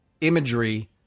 imagery